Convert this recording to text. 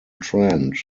trent